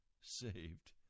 saved